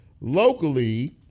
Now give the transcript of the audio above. Locally